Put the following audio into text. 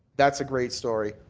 that's a great story.